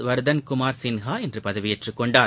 வா்தன் குமார் சின்ஹா இன்று பதவியேற்றுக் கொண்டார்